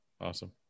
Awesome